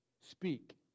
speak